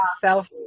self